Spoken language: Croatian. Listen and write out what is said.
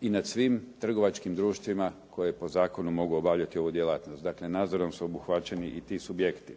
i nad svim trgovačkim društvima koja po zakonu mogu obavljati ovu djelatnost. Dakle, nadzorom su obuhvaćeni i ti subjekti.